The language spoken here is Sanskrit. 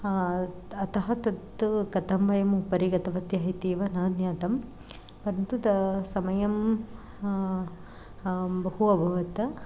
अतः तत् कतं वयम् उपरि गतवत्यः इत्येव न ज्ञातं परन्तु त समयं बहु अभवत्